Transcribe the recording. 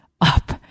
up